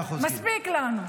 מספיק לנו.